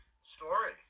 story